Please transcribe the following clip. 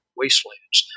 wastelands